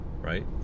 right